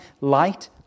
light